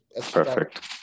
Perfect